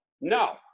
no